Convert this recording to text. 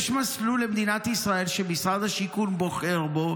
יש מסלול למדינת ישראל, שמשרד השיכון בוחר בו,